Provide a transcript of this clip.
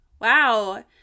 wow